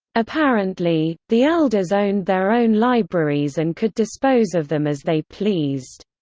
apparently, the elders owned their own libraries and could dispose of them as they pleased.